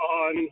on